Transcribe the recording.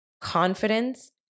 confidence